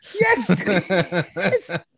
Yes